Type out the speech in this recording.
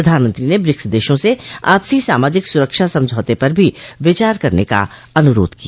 प्रधानमंत्री ने ब्रिक्स देशों से आपसी सामाजिक सुरक्षा समझौते पर भी विचार करने का अनूरोध किया